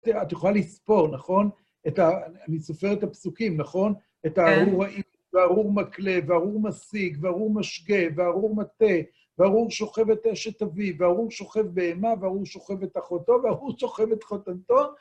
את יכולה לספור, נכון? אני סופר את הפסוקים, נכון? את הארור האיש, והארור מקלה, והארור מסיג, והארור משגה, והארור מטעה, וארור שוכב את אשת אביו, וארור שוכב בהמה, וארור שוכב את אחותו, וארור שוכב את חותנתו,